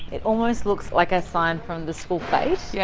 it almost looks like a sign from the school fete, yeah